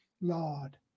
Lord